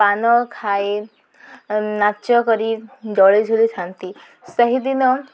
ପାନ ଖାଏ ନାଚ କରି ଦୋଳି ଝୁଲିଥାନ୍ତି ସେହିଦିନ